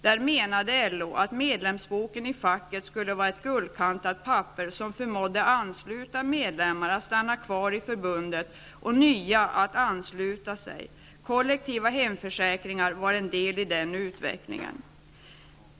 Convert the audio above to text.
Där menade LO att medlemsboken i facket skulle vara ett guldkantat papper som förmådde anslutna medlemmar att stanna kvar i förbundet och nya att ansluta sig. Kollektiva hemförsäkringar var en del i den utvecklingen.